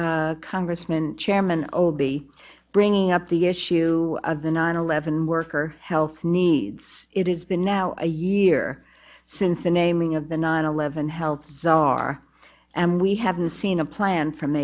congressman chairman old be bringing up the issue of the nine eleven worker health needs it it's been now a year since the naming of the nine eleven health czar and we haven't seen a plan from